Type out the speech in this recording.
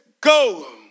go